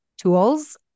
tools